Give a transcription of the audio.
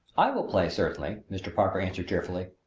i will play, certainly, mr. parker answered cheerfully.